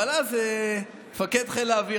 אבל אז מפקד חיל האוויר,